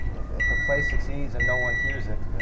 if a play succeeds and no one hears it.